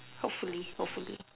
hopefully hopefully